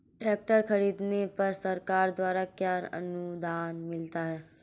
Tractor खरीदने पर सरकार द्वारा क्या अनुदान मिलता है?